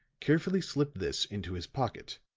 carefully slipped this into his pocket.